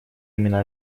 именно